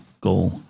goal